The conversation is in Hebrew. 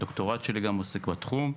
וגם הדוקטורט שלי עוסק בתחום.